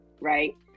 right